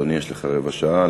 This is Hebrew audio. בבקשה, אדוני, יש לך רבע שעה.